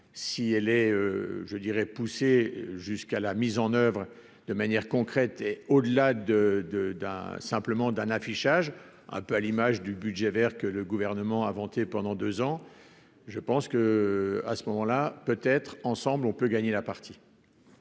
si elle est je dirais pousser jusqu'à la mise en oeuvre de manière concrète et au-delà de de d'un simplement d'un affichage un peu à l'image du budget Vert que le gouvernement a vanté pendant 2 ans, je pense que, à ce moment-là peut être ensemble on peut gagner la partie,